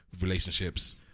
relationships